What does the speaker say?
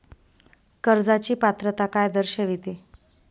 कर्जाची पात्रता काय दर्शविते?